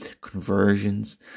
conversions